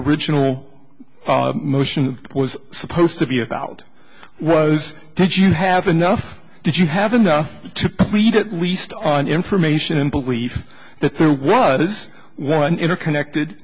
original motion was supposed to be about was did you have enough did you have enough to plead at least on information and belief that there was one interconnected